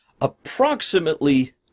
approximately